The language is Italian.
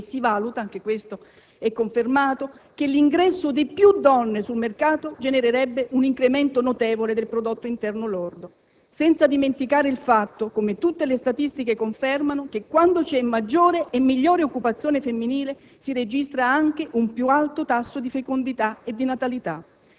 E si valuta - anche questo è confermato - che l'ingresso di più donne sul mercato genererebbe un incremento notevole del prodotto interno lordo. Senza dimenticare il fatto che - come tutte le statistiche confermano - quando c'è maggiore e migliore occupazione femminile si registra anche un più alto tasso di fecondità e di natalità,